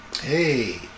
Hey